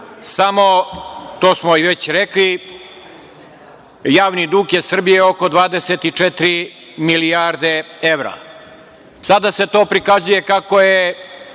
samo to smo već i rekli, javni dug Srbije je oko 24 milijarde evra. Sada se to prikazuje kako je